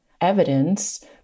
evidence